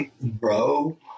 Bro